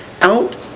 out